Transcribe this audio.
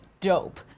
dope